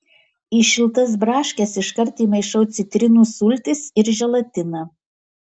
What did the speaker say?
į šiltas braškes iškart įmaišau citrinų sultis ir želatiną